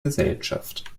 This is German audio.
gesellschaft